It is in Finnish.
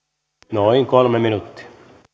noin kolme minuuttia